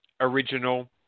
original